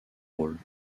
rôles